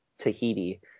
Tahiti